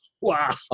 wow